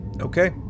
Okay